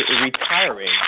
retiring